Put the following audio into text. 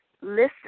Listen